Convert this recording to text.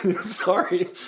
sorry